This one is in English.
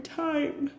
time